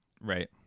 Right